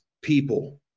people